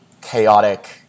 chaotic